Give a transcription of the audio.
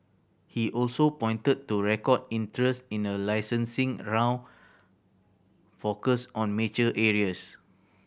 he also pointed to record interest in a licensing round focused on mature areas